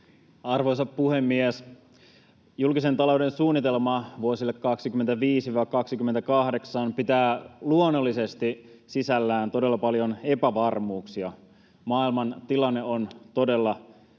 Arvoisa puhemies! Julkisen talouden suunnitelma vuosille 25—28 pitää luonnollisesti sisällään todella paljon epävarmuuksia. Maailmantilanne on todella